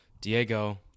Diego